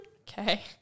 okay